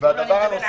אני מדבר על